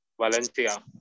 Valencia